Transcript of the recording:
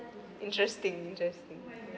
interesting interesting